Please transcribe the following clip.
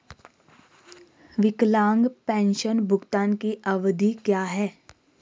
विकलांग पेंशन भुगतान की अवधि क्या है?